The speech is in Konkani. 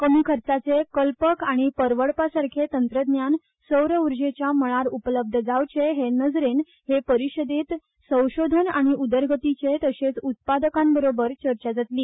कमी खर्चाचें कल्पक आनी परवडपासारखे तंत्रज्ञान सौर उर्जेच्या मळार उपलब्ध जावचें हे नजरेंत हे परिषदेंत संशोधन आनी उदरगतीचे तशेंच उत्पादकां बरोबर चर्चा जातली